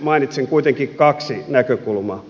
mainitsen kuitenkin kaksi näkökulmaa